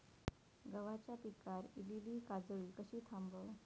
गव्हाच्या पिकार इलीली काजळी कशी थांबव?